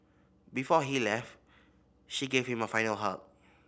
before he left she gave him a final hug